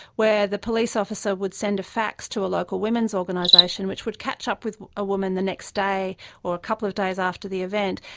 where the police officer would send a fax to a local women's organisation which would catch up with a woman the next day or a couple of days after the event.